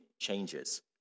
changes